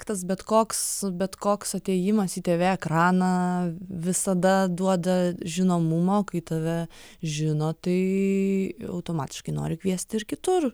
tas bet koks bet koks atėjimas į tv ekraną visada duoda žinomumo kai tave žino tai automatiškai nori kviesti ir kitur